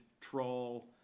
troll